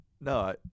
No